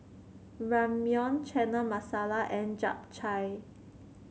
Ramyeon Chana Masala and Japchae